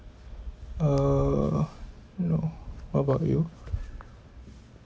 uh no what about you